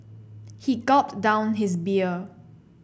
he gulped down his beer